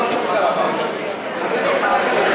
מה שהוועדה הציעה אתמול,